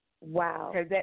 Wow